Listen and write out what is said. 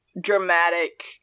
dramatic